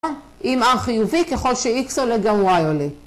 אם r חיובי ככל שx עולה גם y עולה